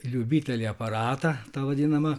liubitelį aparatą tą vadinamą